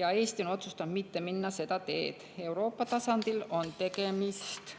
ja Eesti on otsustanud mitte minna seda teed. Euroopa tasandil on tegemist